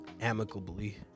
amicably